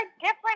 different